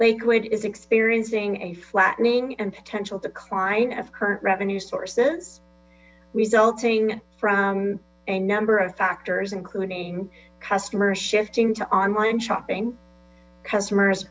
lakewood is experiencing a flattening and potential decline of current revenue sources resulting from a number of factors including customer shifting to online shopping customers